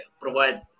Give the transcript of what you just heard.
provide